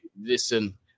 Listen